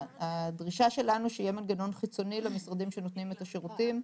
הדרישה שלנו היא שיהיה מנגנון חיצוני למשרדים שנותנים את השירותים,